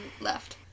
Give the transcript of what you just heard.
left